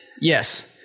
Yes